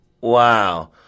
Wow